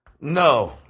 No